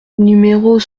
numéros